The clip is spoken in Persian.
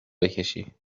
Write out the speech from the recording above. بکشی